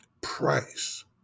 price